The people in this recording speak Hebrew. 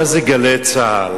מה זה "גלי צה"ל",